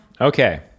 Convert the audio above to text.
Okay